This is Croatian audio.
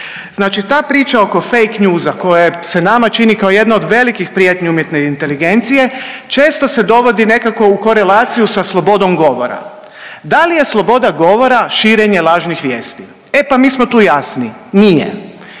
Znači ta priča oko fakenewsa koja se nama čini kao jedna od velikih prijetnji umjetne inteligencije često se dovodi nekako u korelaciju sa slobodom govora. Da li je sloboda govora širenje lažnih vijesti? E pa mi smo tu jasni. Nije.